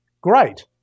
great